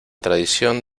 tradición